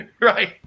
Right